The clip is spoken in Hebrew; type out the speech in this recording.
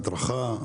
הדרכה,